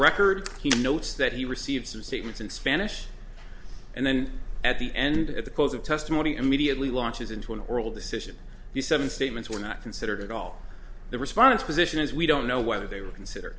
record he notes that he received some statements in spanish and then at the end at the close of testimony immediately launches into an oral decision the seven statements were not considered at all the response position is we don't know whether they would consider